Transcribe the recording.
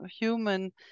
human